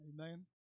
Amen